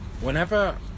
whenever